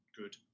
good